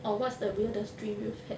or what's the weirdest dream you've had